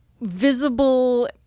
visible